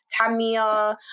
tamia